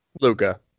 Luca